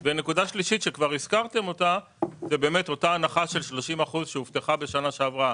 נקודה שלישית שכבר הזכרתם אותה זו אותה הנחה של 30% שהובטחה בשנה שעברה